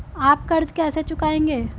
आप कर्ज कैसे चुकाएंगे?